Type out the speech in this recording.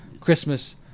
Christmas